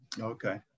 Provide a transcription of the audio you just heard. Okay